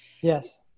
yes